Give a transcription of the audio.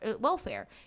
welfare